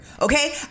okay